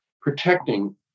protecting